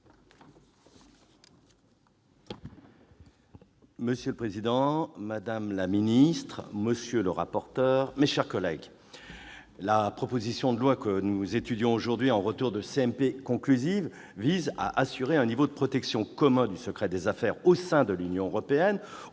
Monsieur le président, madame la garde des sceaux, monsieur le rapporteur, mes chers collègues, la proposition de loi que nous étudions aujourd'hui, au retour d'une commission mixte paritaire conclusive, vise à assurer un niveau de protection commun du secret des affaires au sein de l'Union européenne,